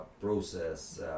process